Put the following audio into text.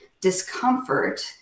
discomfort